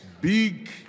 big